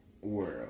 world